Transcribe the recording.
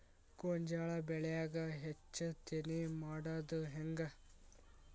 ಗೋಂಜಾಳ ಬೆಳ್ಯಾಗ ಹೆಚ್ಚತೆನೆ ಮಾಡುದ ಹೆಂಗ್?